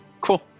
cool